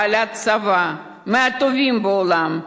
בעלת צבא מהטובים בעולם,